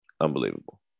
unbelievable